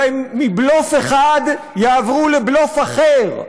ומבלוף אחד יעברו לבלוף אחר.